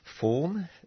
Form